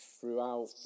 throughout